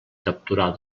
capturar